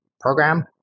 program